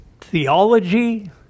theology